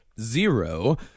zero